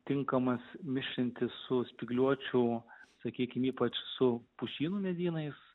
tinkamas mišrinti su spygliuočių sakykime ypač su pušynų medynais